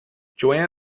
joanne